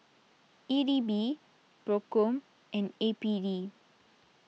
E D B Procom and A P D